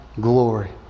glory